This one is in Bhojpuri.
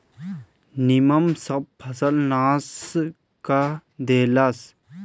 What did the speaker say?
निमन सब फसल नाश क देहलस